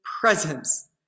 presence